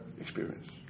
experience